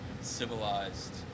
civilized